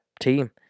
team